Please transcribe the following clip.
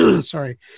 Sorry